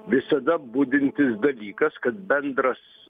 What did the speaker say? visada budintis dalykas kad bendras